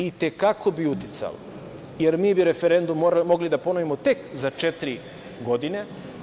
I te kako bi uticalo, jer mi bi referendum mogli da ponovimo tek za četiri godine.